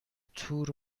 تور